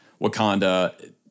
Wakanda